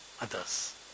others